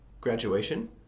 Graduation